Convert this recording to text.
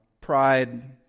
Pride